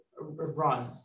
run